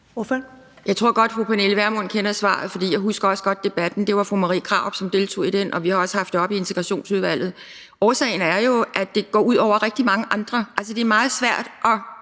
(DF): Jeg tror godt, at fru Pernille Vermund kender svaret, for jeg husker også godt debatten. Det var fru Marie Krarup, som deltog i den, og vi har også haft det oppe i Integrationsudvalget. Årsagen er jo, at det går ud over rigtig mange andre. Altså, det er meget svært at